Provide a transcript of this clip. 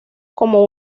como